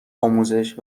آموزش